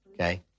Okay